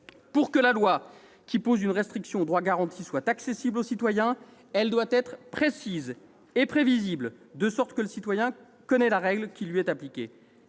Pour que la loi qui impose une restriction à ses droits garantis soit accessible au citoyen, celle-ci doit être précise et prévisible, de sorte que celui-ci soit en mesure de connaître la règle qui lui est appliquée.